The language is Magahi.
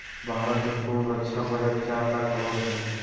भारत के कुल रक्षा बजट चार लाख करोड़ हय